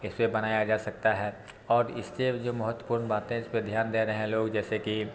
इसपे बनाया जा सकता है और इससे जो महत्वपूर्ण बातें इसपे ध्यान दे रहें हैं लोग जैसे कि